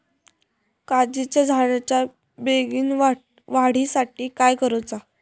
काजीच्या झाडाच्या बेगीन वाढी साठी काय करूचा?